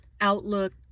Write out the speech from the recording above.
outlook